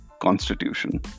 Constitution